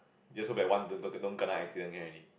just hope that one don't don't kena accident can already